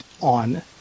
on